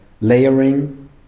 layering